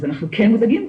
אז אנחנו כן מודאגים,